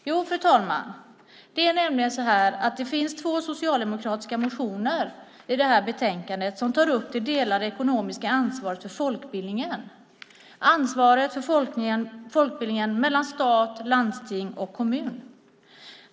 Jo, fru talman, det är nämligen så att det här betänkandet behandlar två socialdemokratiska motioner som tar upp det delade ekonomiska ansvaret för folkbildningen, det delade ansvaret mellan stat, landsting och kommun.